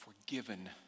forgiven